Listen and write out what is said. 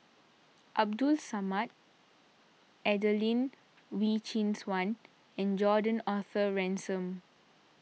Abdul Samad Adelene Wee Chin Suan and Gordon Arthur Ransome